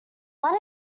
what